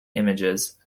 images